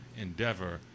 endeavor